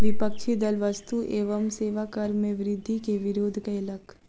विपक्षी दल वस्तु एवं सेवा कर मे वृद्धि के विरोध कयलक